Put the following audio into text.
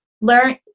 learn